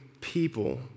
people